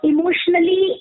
Emotionally